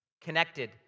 connected